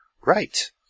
Right